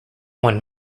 one